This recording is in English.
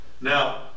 Now